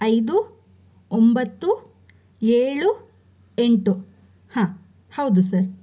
ಐದು ಒಂಬತ್ತು ಏಳು ಎಂಟು ಹಾಂ ಹೌದು ಸರ್